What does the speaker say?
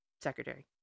secretary